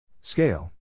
Scale